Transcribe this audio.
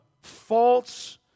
false